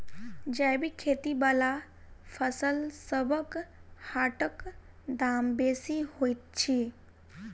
जैबिक खेती बला फसलसबक हाटक दाम बेसी होइत छी